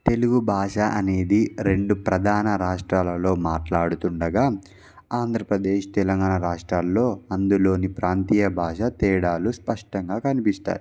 తెలుగు భాష అనేది రెండు ప్రధాన రాష్ట్రాలలో మాట్లాడుతుండగా ఆంధ్రప్రదేశ్ తెలంగాణ రాష్ట్రాల్లో అందులోని ప్రాంతీయ భాష తేడాలు స్పష్టంగా కనిపిస్తాయి